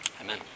Amen